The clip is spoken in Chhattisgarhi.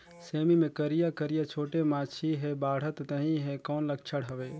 सेमी मे करिया करिया छोटे माछी हे बाढ़त नहीं हे कौन लक्षण हवय?